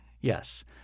Yes